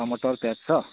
टमाटर प्याज छ